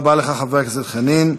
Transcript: תודה רבה לך, חבר הכנסת חנין.